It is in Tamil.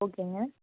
ஓகேங்க